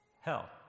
hell